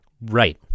Right